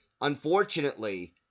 unfortunately